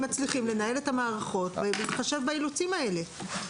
מצליחים לנהל את המערכות בהתחשב באילוצים האלה.